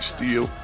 Steel